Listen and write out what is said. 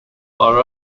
are